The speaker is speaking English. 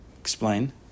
Explain